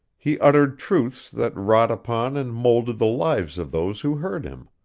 he uttered truths that wrought upon and moulded the lives of those who heard him.